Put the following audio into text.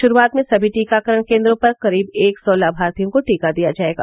शुरूआत में समी टीकाकरण केन्द्रों पर करीब एक सौ लाभार्थियों को टीका दिया जायेगा